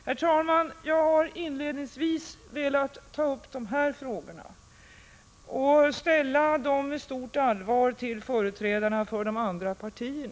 Herr talman! Jag har inledningsvis velat ta upp dessa frågor och även velat ställa dem med stort allvar till företrädarna för övriga partier.